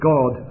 God